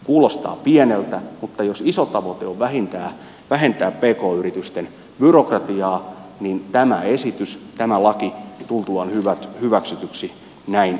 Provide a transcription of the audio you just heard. kuulostaa pieneltä mutta jos iso tavoite on vähentää pk yritysten byrokratiaa niin tämä laki tultuaan hyväksytyksi näin ei tee